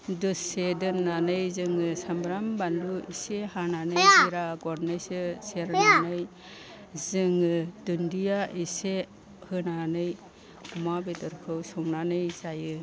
दसे दोननानै जोङो साम्ब्राम बानलु इसे हानानै जिरा गरनैसो सेरनानै जोङो दुन्दिया एसे होनानै अमा बेदरखौ संनानै जायो